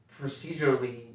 procedurally